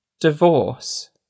Divorce